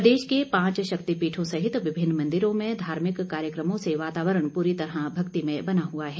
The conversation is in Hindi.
प्रदेश के पांच शक्तिपीठों सहित विभिन्न मन्दिरों में धार्मिक कार्यक्रमों से वातावरण पूरी तरह भक्तिमय बना हुआ है